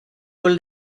were